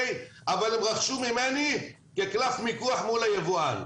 אבל הם רכשו ממני כקלף מיקוח מול היבואן.